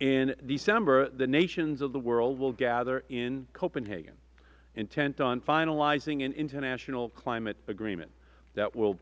in december the nations of the world will gather in copenhagen intent on finalizing an international climate agreement that will